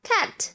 Cat